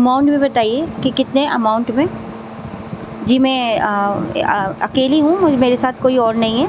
amount بھی بتائیے کہ کتنے اماؤنٹ میں جی میں اکیلی ہوں میرے ساتھ کوئی اور نہیں ہے